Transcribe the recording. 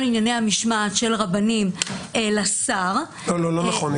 ענייני המשמעת של רבנים אל השר --- לא נכון.